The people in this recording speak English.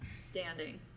standing